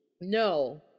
No